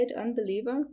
unbeliever